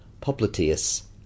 popliteus